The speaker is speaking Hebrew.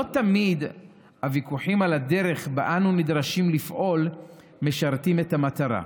לא תמיד הוויכוחים על הדרך שבה אנו נדרשים לפעול משרתים את המטרה.